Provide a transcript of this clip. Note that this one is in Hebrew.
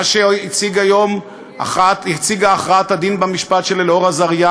מה שהציגה הכרעת הדין במשפט של אלאור אזריה,